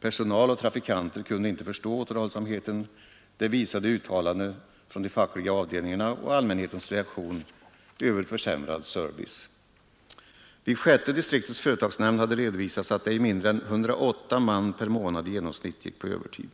Personal och trafikanter kunde inte förstå återhållsamheten, det visar uttalanden från de fackliga avdelningarna och allmänhetens reaktion över försämrad service. Vid sjätte driftdistriktets företagsnämnd hade redovisats att ej mindre än 108 man per månad i genomsnitt gick på övertid.